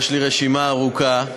יש לי רשימה ארוכה.